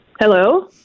Hello